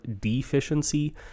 deficiency